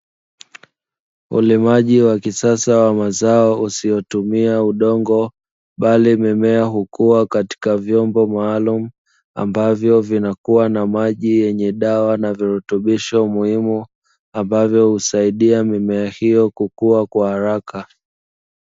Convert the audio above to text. Ulimaji wa kisasa wa mazao usiotumia udongo bali mimea hukua katika vyombo maalumu, ambavyo vinakua na maji yenye dawa na virutubisho muhimu ambavyo husaidia mimea hiyo kukua kwa haraka.